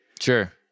Sure